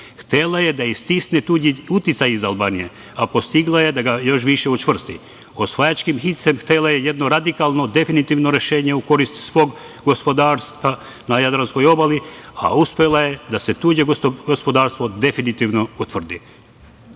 Htela je da istisne tuđi uticaj iz Albanije, a postigla je da ga još više učvrsti. Osvajačkim hicem htela je jedno radikalno, definitivno rešenje u korist svog gospodarstva na Jadranskoj obali, a uspela je da se tuđe gospodarstvo definitivno utvrdi,